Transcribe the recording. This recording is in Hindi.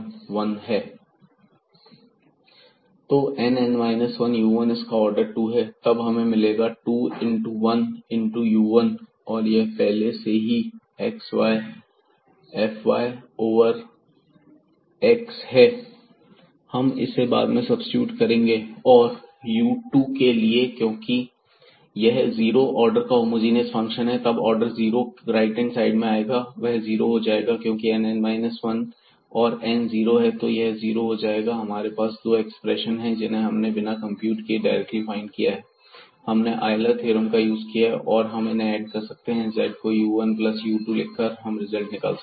तो n n 1 u1 इसका ऑर्डर 2 है तब हमें मिलेगा 2 into 1 into u1 और यह u1 पहले से ही xy f y over x है हम इसे बाद में सब्सीट्यूट करेंगे और u2 के लिए क्योंकि यह जीरो ऑर्डर का होमोजीनियस फंक्शन है तब order zero right hand side में आएगा और वह जीरो हो जाएगा क्योंकि n n 1 है और n 0 है तो यह जीरो हो जाएगा हमारे पास दो एक्सप्रेशन हैं जिन्हें हमने बिना कंप्यूट किए डायरेक्टली फाइंड किया है हमने आयलर थ्योरम का यूज़ किया है और अब हम इन्हें ऐड कर सकते हैं और z को u1 प्लस u2 लिखकर रिजल्ट निकाल सकते हैं